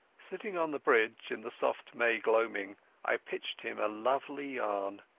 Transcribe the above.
sitting on the bridge in the soft may gloaming i pitched him a lovely yarn.